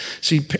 See